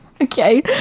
Okay